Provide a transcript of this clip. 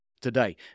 today